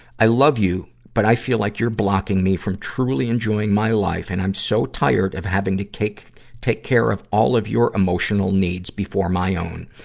i love you, but i feel like you're blocking me from truly enjoying my life, and i'm so tired of having to take take care of all of your emotional needs before my own.